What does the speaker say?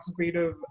participative